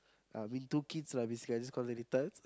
I mean two kids lah I just call them little